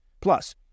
Plus